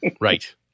right